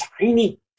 tiny